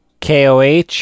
koh